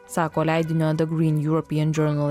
sako leidinio the green european journal